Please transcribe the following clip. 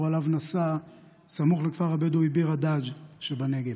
שעליו נסע סמוך לכפר הבדואי ביר הדאג' שבנגב,